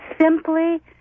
simply